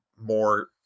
more